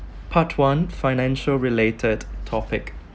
part one financial related topic